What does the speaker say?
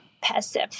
passive